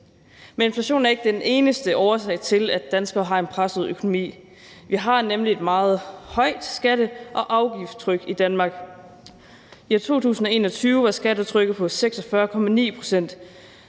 Men inflationen er ikke den eneste årsag til, at danskere har en presset økonomi. Vi har nemlig et meget højt skatte- og afgiftstryk i Danmark. I 2021 var skattetrykket på 46,9 pct.